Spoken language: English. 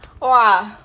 !wah!